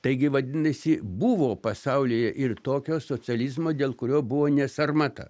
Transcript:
taigi vadinasi buvo pasaulyje ir tokio socializmo dėl kurio buvo ne sarmata